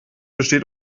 besteht